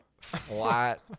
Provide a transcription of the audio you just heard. flat